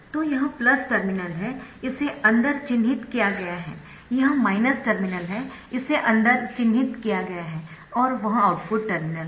तो यह टर्मिनल है इसे अंदर चिह्नित किया गया है यह टर्मिनल है इसे अंदर चिह्नित किया गया है और वह आउटपुट टर्मिनल है